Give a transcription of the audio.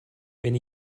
wenn